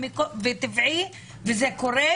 זה טבעי שזה יקרה,